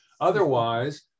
Otherwise